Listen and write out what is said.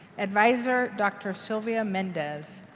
advisor, dr. sylvia mendez.